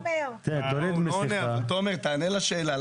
תומר, תענה לשאלה.